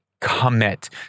commit